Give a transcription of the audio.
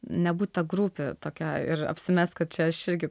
nebūti ta grupė tokia ir apsimest kad čia aš irgi